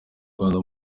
rwanda